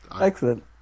Excellent